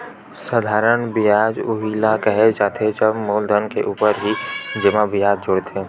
साधारन बियाज उही ल केहे जाथे जब मूलधन के ऊपर ही जेमा बियाज जुड़थे